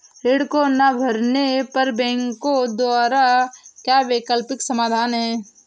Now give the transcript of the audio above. ऋण को ना भरने पर बैंकों द्वारा क्या वैकल्पिक समाधान हैं?